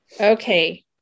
Okay